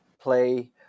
play